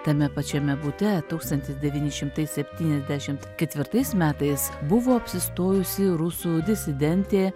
tame pačiame bute tūkstantis devyni šimtai septyniasdešimt ketvirtais metais buvo apsistojusi rusų disidentė